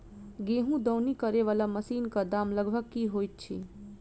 गेंहूँ दौनी करै वला मशीन कऽ दाम लगभग की होइत अछि?